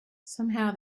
somehow